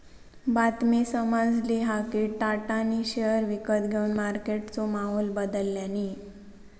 बातमी समाजली हा कि टाटानी शेयर विकत घेवन मार्केटचो माहोल बदलल्यांनी